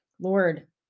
Lord